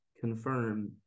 confirm